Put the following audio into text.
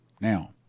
Now